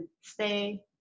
stay